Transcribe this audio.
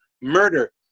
murder